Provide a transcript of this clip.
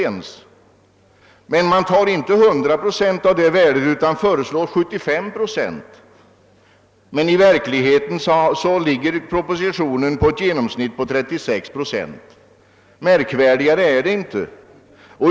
Man räknade heller inte med 100 procent av 1968 års saluvärden utan med 75 procent, men i verkligheten bygger propositionen på ett underlag av i ett genomsnitt 36 procent. Märkvärdigare är det inte.